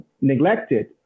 neglected